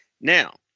now